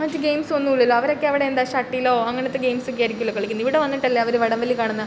മറ്റ് ഗെയിംസോ ഒന്നും ഇല്ലല്ലോ അവരൊക്കെ അവിടെ എന്താ ഷട്ടിലോ അങ്ങനത്തെ ഗെയിംസൊക്കെ ആയിരിക്കൂലോ കളിക്കുന്നെ ഇവിടെ വന്നിട്ടല്ലെ അവർ വടം വലി കാണുന്നത്